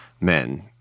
men